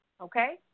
Okay